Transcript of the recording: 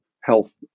health